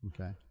Okay